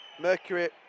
Mercury